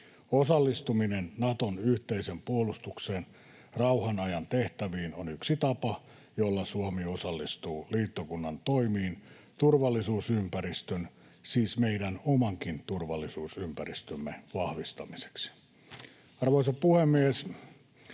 Osallistuminen Naton yhteisen puolustuksen rauhanajan tehtäviin on yksi tapa, jolla Suomi osallistuu liittokunnan toimiin turvallisuusympäristön — siis meidän omankin turvallisuusympäristömme — vahvistamiseksi. Arvoisa puhemies!